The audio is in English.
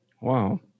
Wow